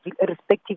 respective